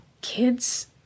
Kids